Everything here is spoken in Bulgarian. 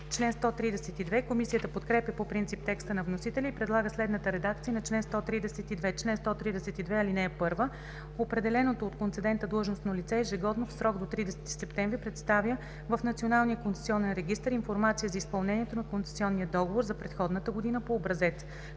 Комисията подкрепя по принцип текста на вносителя и предлага следната редакция на чл. 132: „Чл. 132. (1) Определеното от концедента длъжностно лице ежегодно, в срок до 30 септември представя в Националния концесионен регистър информация за изпълнението на концесионния договор за предходната година по образец,